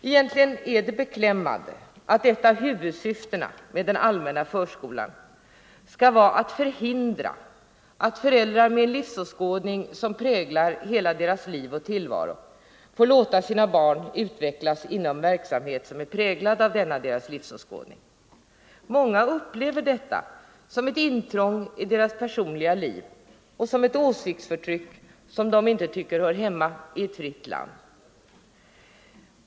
Egentligen är det beklämmande att ett av huvudsyftena med den allmänna förskolan skall vara att förhindra, att föräldrar med en livsåskådning som präglar hela deras liv och tillvaro får låta sina barn utvecklas inom verksamhet som är präglad av denna deras livsåskådning. Många upplever detta som ett intrång i deras personliga liv och som ett åsiktsförtryck, som de inte tycker hör hemma i ett fritt land.